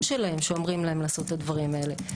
שלהם שאומרים להם לעשות את הדברים האלה.